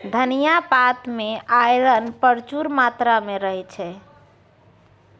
धनियाँ पात मे आइरन प्रचुर मात्रा मे रहय छै